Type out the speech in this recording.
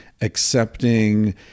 accepting